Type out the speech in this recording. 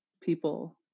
people